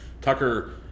Tucker